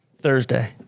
Thursday